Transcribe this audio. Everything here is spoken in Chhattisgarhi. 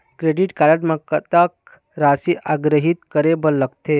क्रेडिट कारड म कतक राशि आहरित करे बर लगथे?